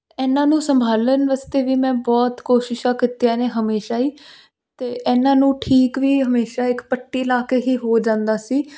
ਇਹਨਾਂ ਨੂੰ ਸੰਭਾਲਣ ਵਾਸਤੇ ਵੀ ਮੈਂ ਬਹੁਤ ਕੋਸ਼ਿਸ਼ਾਂ ਕੀਤੀਆਂ ਨੇ ਹਮੇਸ਼ਾ ਹੀ ਅਤੇ ਇਹਨਾਂ ਨੂੰ ਠੀਕ ਵੀ ਹਮੇਸ਼ਾ ਇੱਕ ਪੱਟੀ ਲਾ ਕੇ ਹੀ ਹੋ ਜਾਂਦਾ ਸੀ